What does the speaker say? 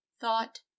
Thought